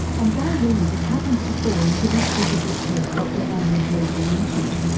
and gail williams happens to fall into this difficult group dr andrew bleasal mentioned.